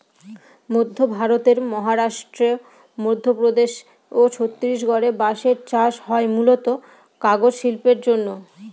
মধ্য ভারতের মহারাষ্ট্র, মধ্যপ্রদেশ ও ছত্তিশগড়ে বাঁশের চাষ হয় মূলতঃ কাগজ শিল্পের জন্যে